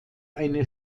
eine